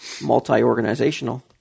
multi-organizational